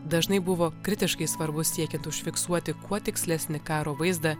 dažnai buvo kritiškai svarbus siekiant užfiksuoti kuo tikslesnį karo vaizdą